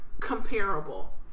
comparable